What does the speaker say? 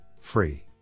free